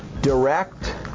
direct